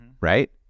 Right